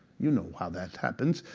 you know how that happens.